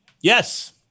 Yes